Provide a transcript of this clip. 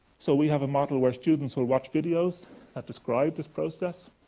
so, we have a model where students will watch videos that describe this process.